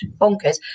bonkers